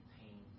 pain